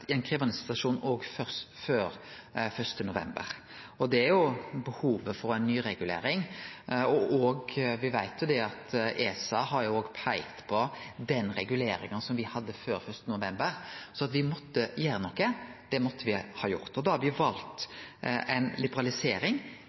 i ein krevjande situasjon òg før 1. november. Det er behov for ei nyregulering, og me veit jo at òg ESA har peikt på den reguleringa som me hadde før 1. november, så me måtte gjere noko. Det måtte me, og da har me valt ei liberalisering,